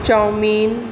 chowmein